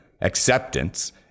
acceptance